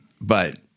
But-